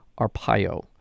Arpaio